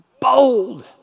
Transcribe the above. Bold